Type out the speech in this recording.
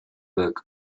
book